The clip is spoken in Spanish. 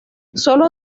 solo